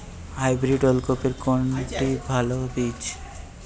Hybrid ওল কপির কোনটি ভালো বীজ?